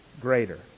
greater